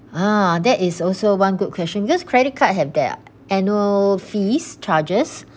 ah that is also one good question because credit card have their annual fees charges